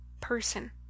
person